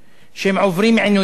שהם עוברים עינויים,